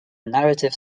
narrative